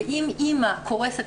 ואם אימא קורסת,